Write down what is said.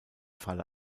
falle